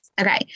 Okay